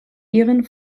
ihren